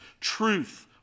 truth